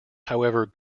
however